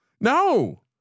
No